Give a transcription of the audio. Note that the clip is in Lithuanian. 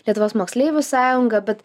lietuvos moksleivių sąjungą bet